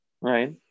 Right